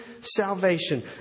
salvation